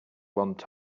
want